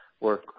work